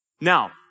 Now